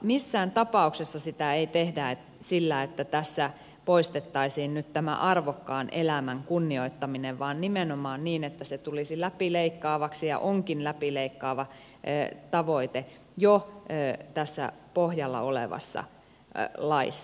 missään tapauksessa sitä ei tehdä sillä että tässä poistettaisiin nyt tämä arvokkaan elämän kunnioittaminen vaan on nimenomaan niin että se tulisi läpileikkaavaksi ja se onkin läpileikkaava tavoite jo tässä pohjalla olevassa laissa